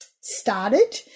started